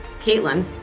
caitlin